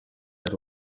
that